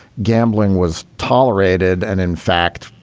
gambling was tolerated. and in fact,